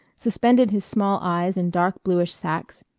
suspended his small eyes in dark-bluish sacks,